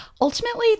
ultimately